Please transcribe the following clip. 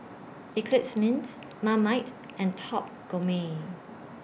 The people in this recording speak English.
Eclipse Mints Marmite and Top Gourmet